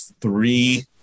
three